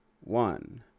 one